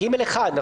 (ג)(1).